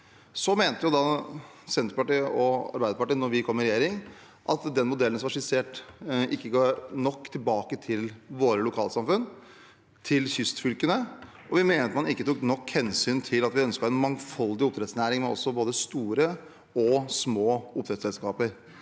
med. Da Senterpartiet og Arbeiderpartiet kom i regjering, mente vi at den modellen som var skissert, ikke ga nok tilbake til våre lokalsamfunn, til kystfylkene, og vi mente man ikke tok nok hensyn til at vi ønsket en mangfoldig oppdrettsnæring og både store og små oppdrettsselskaper.